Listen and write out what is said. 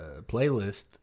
playlist